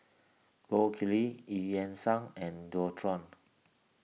Gold Kili Eu Yan Sang and Dualtron